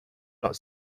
not